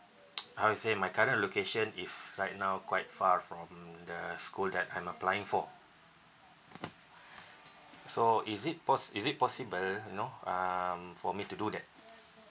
I will say my current location is right now quite far from the school that I'm applying for so is it pos~ is it possible you know um for me to do that